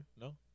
No